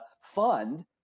fund